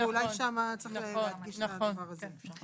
ואולי שם צריך להדגיש את הדבר הזה.